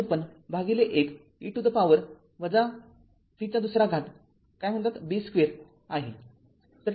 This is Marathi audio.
५६१ e to the power v २ काय म्हणतात b २ आहे